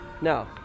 No